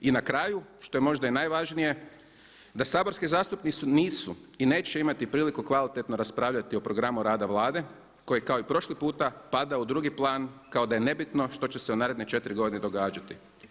I na kraju što je možda i najvažnije da saborski zastupnici nisu i neće imati priliku kvalitetno raspravljati o programu rada Vlade koji kao i prošli puta pada u drugi plan kao da je nebitno što će se u naredne 4 godine događati.